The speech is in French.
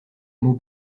mots